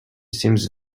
seems